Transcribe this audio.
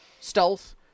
stealth